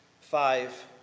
Five